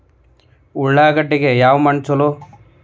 ಉಳ್ಳಾಗಡ್ಡಿಗೆ ಯಾವ ಮಣ್ಣು ಛಲೋ?